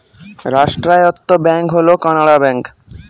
রাষ্ট্রায়ত্ত ব্যাঙ্ক হল কানাড়া ব্যাঙ্ক